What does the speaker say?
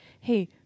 hey